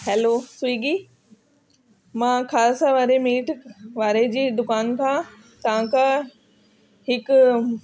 hello Swiggy मां खालसा वारे meat वारे जी दुकान खां तव्हांखां हिकु